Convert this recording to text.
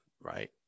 right